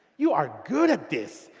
you are good at this.